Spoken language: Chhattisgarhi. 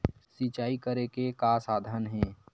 सिंचाई करे के का साधन हे?